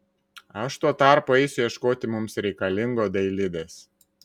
aš tuo tarpu eisiu ieškoti mums reikalingo dailidės